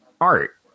art